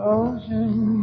ocean